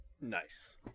Nice